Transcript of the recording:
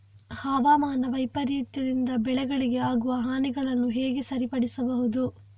ಹವಾಮಾನ ವೈಪರೀತ್ಯದಿಂದ ಬೆಳೆಗಳಿಗೆ ಆಗುವ ಹಾನಿಗಳನ್ನು ಹೇಗೆ ಸರಿಪಡಿಸಬಹುದು?